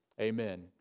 Amen